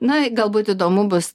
na galbūt įdomu bus